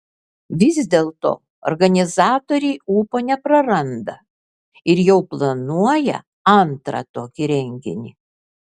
vis dėlto organizatoriai ūpo nepraranda ir jau planuoja antrą tokį renginį